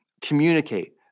communicate